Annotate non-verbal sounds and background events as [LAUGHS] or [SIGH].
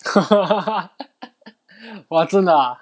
[LAUGHS] !wah! 真的啊